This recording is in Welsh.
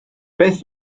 beth